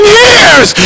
years